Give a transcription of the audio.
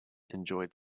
enjoyed